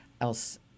else